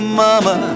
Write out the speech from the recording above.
mama